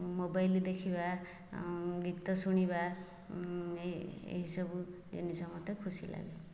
mobile ଦେଖିବା ଗୀତ ଶୁଣିବା ଏହିସବୁ ଜିନିଷ ମୋତେ ଖୁସି ଲାଗେ